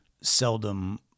seldom